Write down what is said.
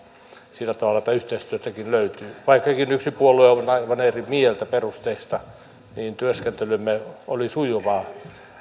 sillä tavalla että yhteistyötäkin löytyy vaikkakin yksi puolue on aivan eri mieltä perusteista niin työskentelymme oli sujuvaa